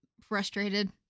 frustrated